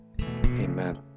amen